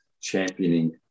championing